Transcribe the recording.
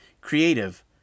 creative